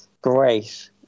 great